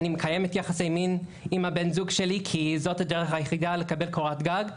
אני מקיימת יחסי מין עם בן הזוג שלי כי זאת הדרך היחידה לקבל קורת גג.